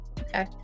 Okay